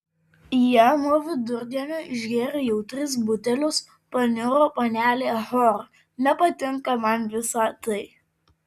jie nuo vidurdienio išgėrė jau tris butelius paniuro panelė hor nepatinka man visa tai